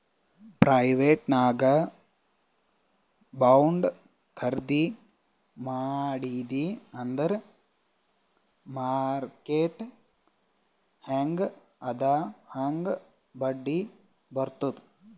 private ನಾಗ್ bond ಖರ್ದಿ ಮಾಡಿದಿ ಅಂದುರ್ ಮಾರ್ಕೆಟ್ ಹ್ಯಾಂಗ್ ಅದಾ ಹಾಂಗ್ ಬಡ್ಡಿ ಬರ್ತುದ್